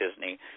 Disney